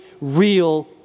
real